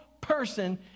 person